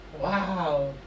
Wow